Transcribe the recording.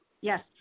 Yes